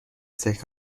سکه